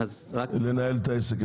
לנהל את העסק.